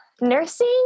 Nursing